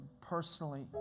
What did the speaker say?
personally